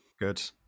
Good